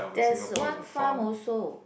there's one farm also